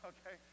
Okay